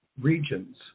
regions